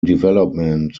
development